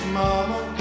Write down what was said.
mama